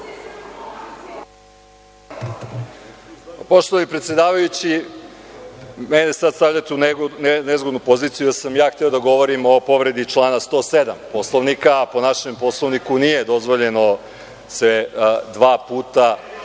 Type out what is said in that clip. Poštovani predsedavajući, mene sada stavljate u nezgodnu poziciju da sam hteo da govorim o povredi člana 107. Poslovnika, a po našem Poslovniku nije dozvoljeno dva puta